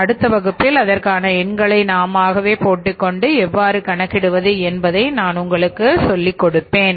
அடுத்த வகுப்பில் அதற்கான எண்களை நாமாகவே போட்டுக் கொண்டு எவ்வாறு கணக்கிடுவது என்பதை நான் உங்களுக்கு சொல்லி சொல்லிக் கொடுப்பேன்